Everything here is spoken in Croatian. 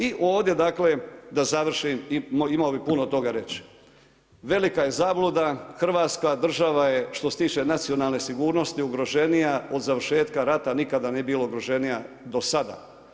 I da završim imao bih puno toga reći, velika je zabluda Hrvatska država je što se tiče nacionalne sigurnosti ugroženija od završetka rata, nikada nije bila ugroženija do sada.